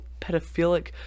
pedophilic